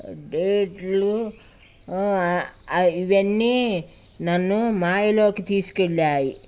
డేట్లు ఇవన్నీ నన్ను మాయలోకి తీసుకు వెళ్ళాయి